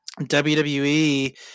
WWE